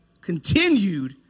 continued